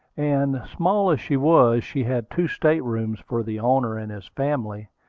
and, small as she was, she had two state-rooms for the owner and his family,